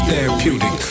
Therapeutic